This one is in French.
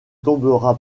tombera